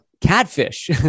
Catfish